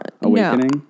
awakening